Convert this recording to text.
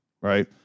Right